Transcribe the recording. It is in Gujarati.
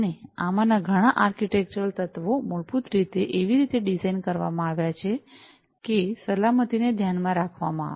અને આમાંના ઘણા આર્કિટેક્ચરલ તત્વો મૂળભૂત રીતે એવી રીતે ડિઝાઇન કરવામાં આવ્યા છે કે સલામતીને ધ્યાનમાં રાખવામાં આવે